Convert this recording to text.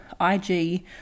IG